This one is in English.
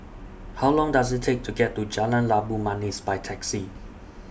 How Long Does IT Take to get to Jalan Labu Manis By Taxi